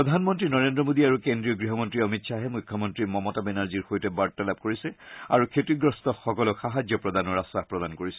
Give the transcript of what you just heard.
প্ৰধানমন্ত্ৰী নৰেন্দ্ৰ মোডী আৰু কেন্দ্ৰীয় গৃহমন্ত্ৰী অমিত খাহে মুখ্যমন্ত্ৰী মমতা বেনাৰ্জীৰ সৈতে বাৰ্তালাপ কৰিছে আৰু ক্ষতিগ্ৰস্তসকলক সাহায্য প্ৰদানৰ আশ্বাস প্ৰদান কৰিছে